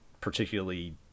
particularly